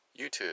YouTube